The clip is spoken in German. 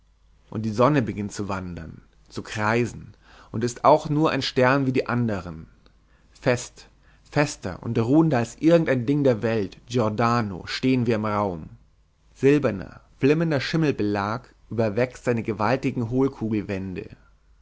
und die sonne beginnt zu wandern zu kreisen und ist auch nur ein stern wie die andern fest fester und ruhender als irgend ein ding der welt giordano stehen wir im raum silberner flimmernder schimmelbelag überwächst seine gewaltigen